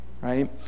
right